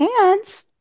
hands